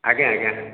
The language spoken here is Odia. ଆଜ୍ଞା ଆଜ୍ଞା